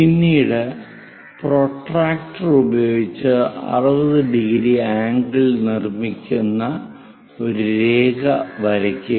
പിന്നീട് പ്രൊട്ടക്റ്റർ ഉപയോഗിച്ച് 60⁰ ആംഗിൾ നിർമ്മിക്കുന്ന ഒരു രേഖ വരയ്ക്കുക